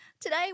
today